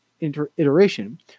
iteration